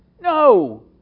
No